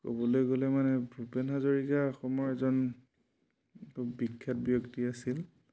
ক'বলৈ গ'লে মানে ভূপেন হাজৰিকা অসমৰ এজন খুব বিখ্যাত ব্যক্তি আছিল